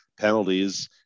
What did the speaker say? penalties